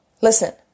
Listen